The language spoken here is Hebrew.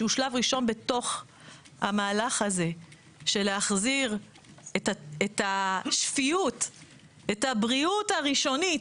שהוא שלב ראשון במהלך הזה של החזרת השפיות והבריאות הראשונית